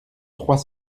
trois